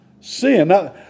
Sin